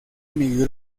emigró